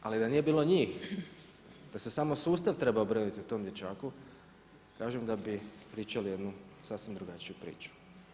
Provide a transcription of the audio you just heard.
Ali da nije bilo njih, da se samo sustav trebao brinuti o tom dječaku kažem da bi pričali jednu sasvim drugačiju priču.